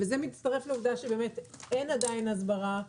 וזה מצטרף לעובדה שאין עדיין הסברה,